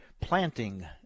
planting